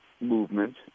Movement